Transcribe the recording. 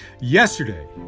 Yesterday